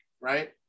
right